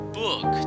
book